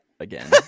again